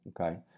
Okay